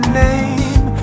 name